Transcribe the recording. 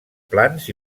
plans